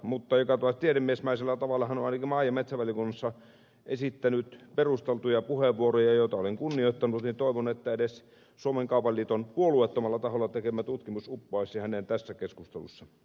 mutta tiedemiesmäisellä tavalla hän on ainakin maa ja metsätalousvaliokunnassa esittänyt perusteltuja puheenvuoroja joita olen kunnioittanut ja toivon että edes suomen kaupan liiton puolueettomalla taholla tekemä tutkimus uppoaisi häneen tässä keskustelussa